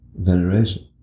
veneration